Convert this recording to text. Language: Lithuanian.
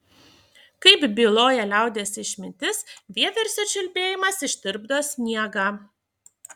kaip byloja liaudies išmintis vieversio čiulbėjimas ištirpdo sniegą